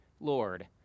Lord